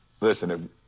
Listen